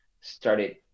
started